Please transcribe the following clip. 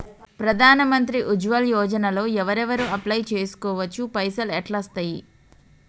ప్రధాన మంత్రి ఉజ్వల్ యోజన లో ఎవరెవరు అప్లయ్ చేస్కోవచ్చు? పైసల్ ఎట్లస్తయి?